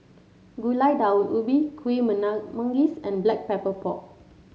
Gulai Daun Ubi Kuih Manggis and Black Pepper Pork